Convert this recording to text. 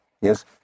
Yes